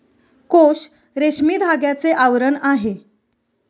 कोश रेशमी धाग्याचे आवरण आहे